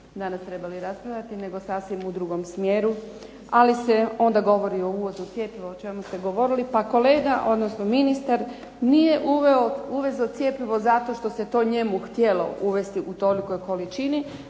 danas trebali raspravljati nego sasvim u drugom smjeru, ali se onda govori o …/Govornica se ne razumije./… o čemu ste govorili. Pa kolega odnosno ministar nije uvezao cjepivo zato što se to njemu htjelo uvesti u tolikoj količini